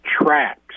tracks